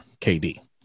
KD